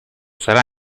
sarà